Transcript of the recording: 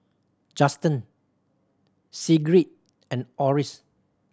Justen Sigrid and Oris